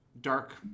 dark